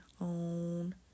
own